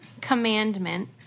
Commandment